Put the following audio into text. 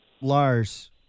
Lars